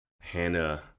Hannah